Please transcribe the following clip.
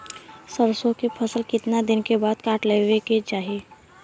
सरसो के फसल कितना दिन के बाद काट लेवे के चाही?